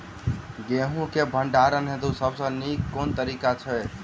गेंहूँ केँ भण्डारण हेतु सबसँ नीक केँ तरीका छै?